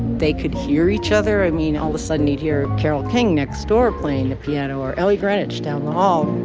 they could hear each other, i mean, all the sudden you'd hear carole king next door playing the piano or ellie greenwich down the hall